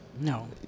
no